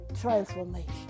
transformation